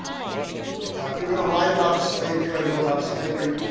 now if you're going to write about the slave trade or about slavery,